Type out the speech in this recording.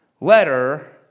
letter